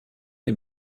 est